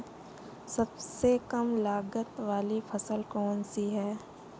सबसे कम लागत वाली फसल कौन सी है?